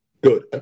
good